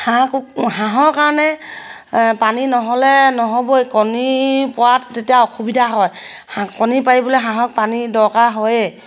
হাঁহ কুকু হাঁহৰ কাৰণে পানী নহ'লে নহ'বই কণী পৰাত তেতিয়া অসুবিধা হয় হাঁহ কণী পাৰিবলৈ হাঁহক পানী দৰকাৰ হয়েই